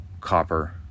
copper